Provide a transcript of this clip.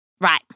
Right